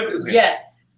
Yes